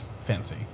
fancy